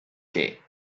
que